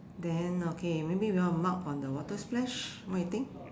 then okay maybe we all mark on the water splash what you think